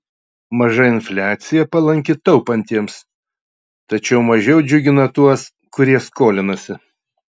maža infliacija palanki taupantiems tačiau mažiau džiugina tuos kurie skolinasi